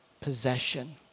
possession